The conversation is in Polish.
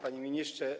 Panie Ministrze!